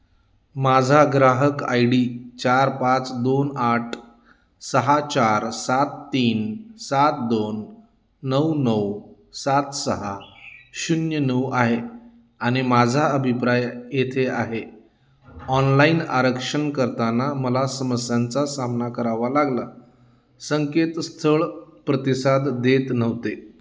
माझा ग्राहक I D चार पाच दोन आठ सहा चार सात तीन सात दोन नऊ नऊ सात सहा शून्य नऊ आहे आणि माझा अभिप्राय येथे आहे ऑनलाईन आरक्षण करताना मला समस्यांचा सामना करावा लागला संकेत स्थळ प्रतिसाद देत नव्हते